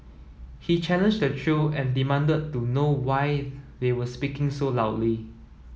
he challenged the trio and demanded to know why they were speaking so loudly